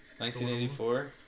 1984